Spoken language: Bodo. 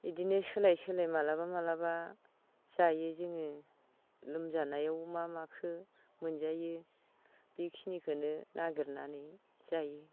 बिदिनो सोलाय सोलाय माब्लाबा माब्लाबा जायो जोङो लोमजानायाव मा माखौ मोनजायो बेखिनिखौनो नागिरनानै जायो